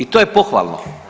I to je pohvalno.